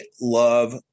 love